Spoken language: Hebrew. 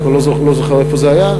אני כבר לא זוכר איפה זה היה.